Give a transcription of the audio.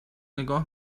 نگاه